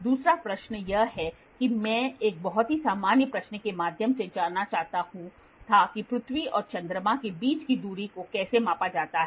दूसरा प्रश्न यह है कि मैं एक बहुत ही सामान्य प्रश्न के माध्यम से जानना चाहता था कि पृथ्वी और चंद्रमा के बीच की दूरी को कैसे मापा जाता है